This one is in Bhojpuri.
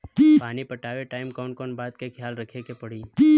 पानी पटावे टाइम कौन कौन बात के ख्याल रखे के पड़ी?